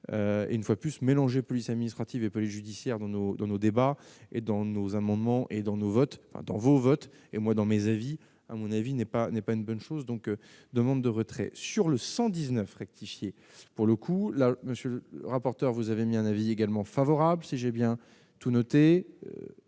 une fois plus mélangés police administrative et police judiciaire dans nos dans nos débats et dans nos amendements et dans nos votes dans vos votes et moi dans mes avis à mon avis n'est pas n'est pas une bonne chose, donc : demande de retrait sur le 119 rectifié. Pour le coup, là, monsieur le rapporteur, vous avez émis un avis également favorable, si j'ai bien tout noté